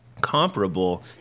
comparable